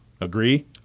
Agree